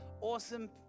awesome